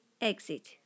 exit